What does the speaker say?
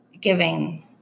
giving